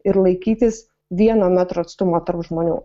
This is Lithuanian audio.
ir laikytis vieno metro atstumo tarp žmonių